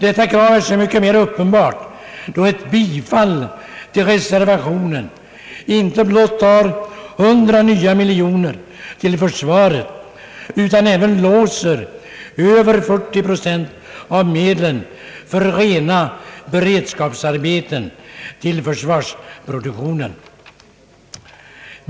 Detta krav är så mycket mera uppenbart som ett bifall till reservationen inte blott skulle ta 100 nya miljoner till försvaret utan även skulle låsa över 40 procent av medlen för rena beredskapsarbeten till försvarsproduktionen.